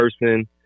person